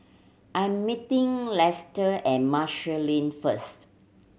I'm meeting Lester at Marshall Lane first